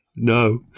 No